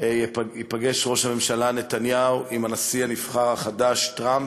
ייפגש ראש הממשלה נתניהו עם הנשיא הנבחר החדש טראמפ,